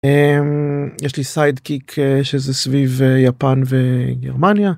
יש לי סיידקיק שזה סביב יפן וגרמניה.